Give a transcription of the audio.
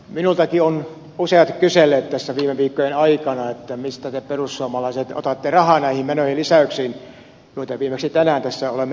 minultakin ovat useat kyselleet viime viikkojen aikana mistä te perussuomalaiset otatte rahaa näihin menojen lisäyksiin joita viimeksi tänään olemme tässä esittämässä